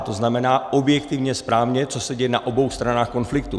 To znamená objektivně, správně, co se děje na obou stranách konfliktu.